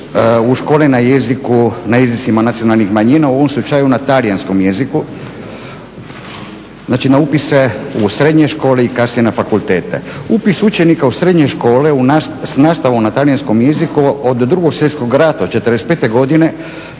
u škole na jezicima nacionalnih manjina u ovom slučaju na talijanskom jeziku, znači na upise u srednje škole i kasnije na fakultete. Upis učenika u srednje škole s nastavom na talijanskom jeziku od 2. svjetskog rata od '45. godine